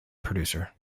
producer